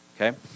Okay